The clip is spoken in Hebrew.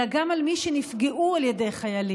אלא גם על מי שנפגעו על ידי חיילים.